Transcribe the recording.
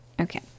Okay